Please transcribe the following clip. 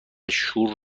شور